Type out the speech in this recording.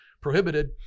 prohibited